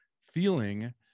feeling